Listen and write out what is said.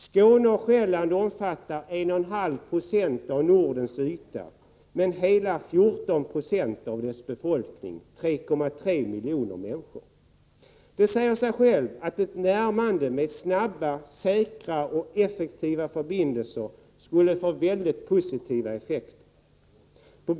Skåne och Själland omfattar 1,5 20 av Nordens yta, men hela 14 90 av Nordens befolkning bor där — 3,3 miljoner människor. Det säger sig självt att ett närmande mellan de båda länderna i form av snabba, säkra och effektiva förbindelser skulle få väldigt positiva effektiva effekter.